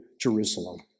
Jerusalem